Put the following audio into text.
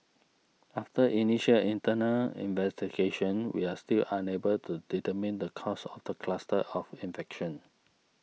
after initial internal investigation we are still unable to determine the cause of the cluster of infection